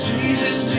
Jesus